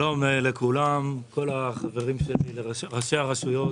שלום לכולם, כל החברים שלי ראשי הרשויות